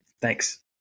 Thanks